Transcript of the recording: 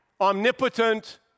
omnipotent